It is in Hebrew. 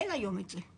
אבל היום אין את זה,